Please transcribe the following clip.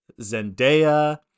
Zendaya